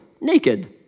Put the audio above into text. naked